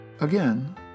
Again